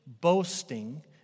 boasting